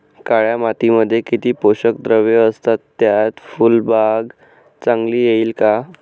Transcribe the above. काळ्या मातीमध्ये किती पोषक द्रव्ये असतात, त्यात फुलबाग चांगली येईल का?